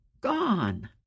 gone